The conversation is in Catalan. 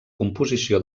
composició